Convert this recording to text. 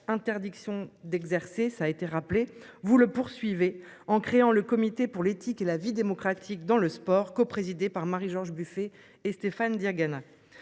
interdiction d'exercer. Ça été rappelé vous le poursuivez en créant le comité pour l'éthique et la vie démocratique dans le sport co-présidée par Marie-George Buffet et Stéphane Diagana.